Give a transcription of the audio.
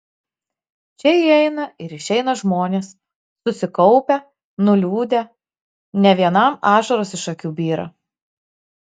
čia įeina ir išeina žmonės susikaupę nuliūdę ne vienam ašaros iš akių byra